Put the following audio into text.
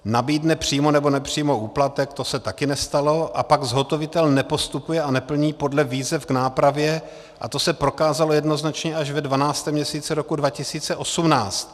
nabídne přímo nebo nepřímo úplatek to se také nestalo; a pak zhotovitel nepostupuje a neplní podle výzev k nápravě a to se prokázalo jednoznačně až ve dvanáctém měsíci roku 2018.